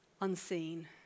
unseen